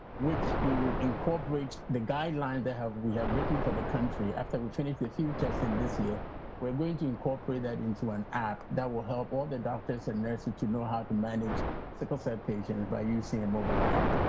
which we will incorporate the guidelines that we have written for the country, after we finish the field testing this year wore going to incorporate that into an app that will help all the doctors and nurses to know how to manage sickle cell patients by using a mobile app.